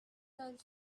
told